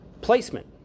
Placement